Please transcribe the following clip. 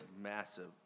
massive